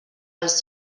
els